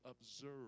observe